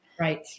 Right